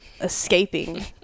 escaping